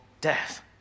death